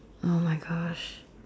!oh-my-gosh!